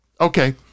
Okay